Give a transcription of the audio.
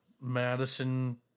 Madison